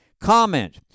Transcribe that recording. Comment